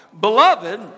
Beloved